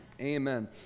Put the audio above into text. Amen